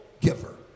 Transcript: giver